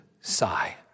sigh